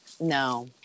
no